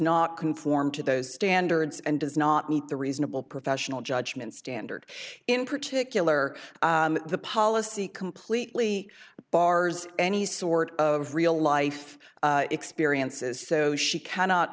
not conform to those standards and does not meet the reasonable professional judgment standard in particular the policy completely bars any sort of real life experiences so she cannot